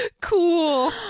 cool